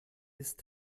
ist